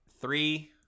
three